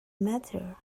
matter